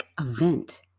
event